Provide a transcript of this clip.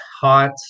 hot